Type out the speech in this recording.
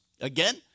again